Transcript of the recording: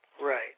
Right